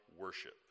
worship